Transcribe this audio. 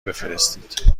بفرستید